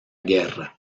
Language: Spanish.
guerra